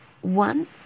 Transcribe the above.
One